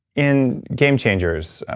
in gamechangers,